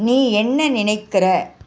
நீ என்ன நினைக்கிற